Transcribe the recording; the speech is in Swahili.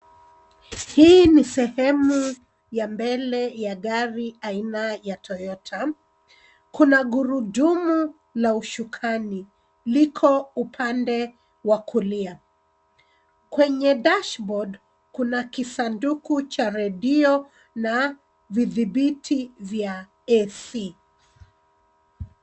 Hii ni sehemu ya mbele ya gari aina ya Toyota. Kuna gurudumu la ushukani lipo upande wa kulia. Kwenye dashboard , kuna kisanduku cha redio na vidhibiti vya ac.